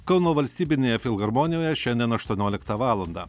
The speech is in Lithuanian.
kauno valstybinėje filharmonijoje šiandien aštuonioliktą valandą